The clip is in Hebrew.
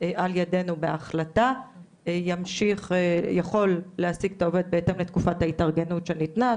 על ידינו בהחלטה יכול להעסיק את העובד בהתאם לתקופת ההתארגנות שניתנה,